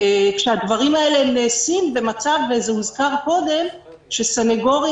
כשהדברים האלה נעשים במצב וזה הוזכר קודם שסנגורים,